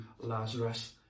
Lazarus